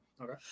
Okay